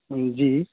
جی